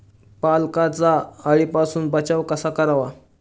पालकचा अळीपासून बचाव कसा करावा?